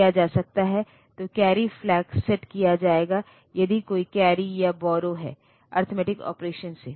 तो carry flag set किया जाएगा यदि कोई कैरी या बोर्रो है अरिथमेटिक ऑपरेशन से